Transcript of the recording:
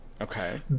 okay